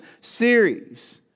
series